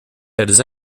elles